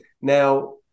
now